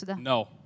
no